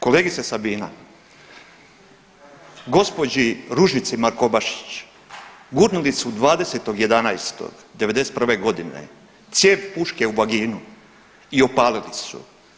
Kolegice Sabina, gospođi Ružici Markobašić gurnuli su 20.11.'91. godine cijev puške u vaginu i opalili su.